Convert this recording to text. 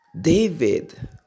David